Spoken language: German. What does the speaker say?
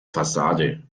fassade